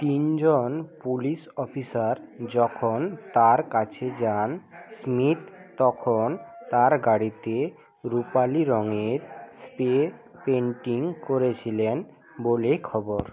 তিনজন police officer যখন তার কাছে যান স্মিথ তখন তার গাড়িতে রূপালি রংয়ের স্প্রে পেণ্টিং করেছিলেন বলে খবর